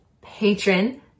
patron